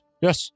Yes